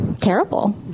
terrible